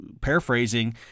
paraphrasing